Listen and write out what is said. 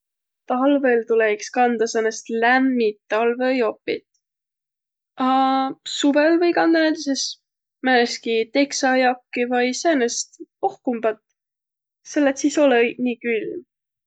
Talvõl tulõ iks kanda säänest lämmit talvõjopit. A suvõl või kanda näütüses määnestki teksajakki vai säänest ohkumbat. Selle et sis olõ-iq nii külm.